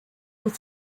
with